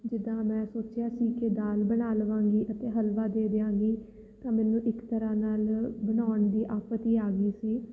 ਜਿੱਦਾਂ ਮੈਂ ਸੋਚਿਆ ਸੀ ਕਿ ਦਾਲ ਬਣਾ ਲਵਾਂਗੀ ਅਤੇ ਹਲਵਾ ਦੇ ਦਿਆਂਗੀ ਤਾਂ ਮੈਨੂੰ ਇੱਕ ਤਰ੍ਹਾਂ ਨਾਲ ਬਣਾਉਣ ਦੀ ਆਫਤ ਹੀ ਆ ਗਈ ਸੀ